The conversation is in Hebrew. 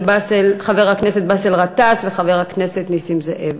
של חבר הכנסת באסל גטאס ושל חבר הכנסת נסים זאב.